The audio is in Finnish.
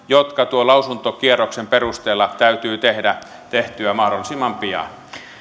jotka tuon lausuntokierroksen perusteella täytyy tehdä tehtyä mahdollisimman pian